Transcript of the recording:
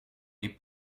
les